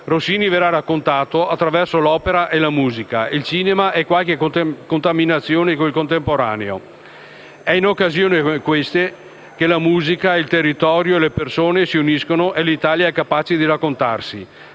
Rossini verrà raccontato attraverso l'opera e la musica, il cinema e qualche contaminazione con il contemporaneo. È in occasioni come queste che la musica, il territorio e le persone si uniscono e l'Italia è capace di raccontarsi: